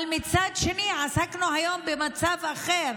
אבל מצד שני, עסקנו היום במצב אחר,